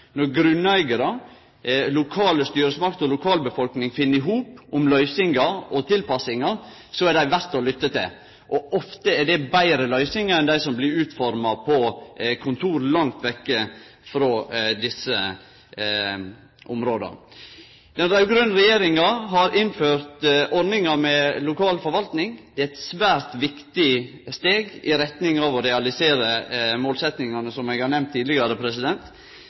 når grunneigarar, lokale styresmakter og lokalbefolkninga finn ihop om løysingar og tilpassingar, er dei verde å lytte til. Ofte er det betre løysingar enn dei som blir utforma på kontor langt vekk frå desse områda. Den raud-grøne regjeringa har innført ordninga med lokal forvaltning. Det er eit svært viktig steg i retning av å realisere målsetjingane som eg har nemnt tidlegare.